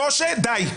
משה, דיי.